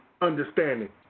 understanding